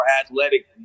athletic